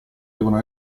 debbano